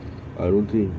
I don't think